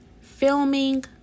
Filming